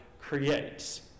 creates